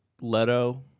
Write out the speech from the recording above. Leto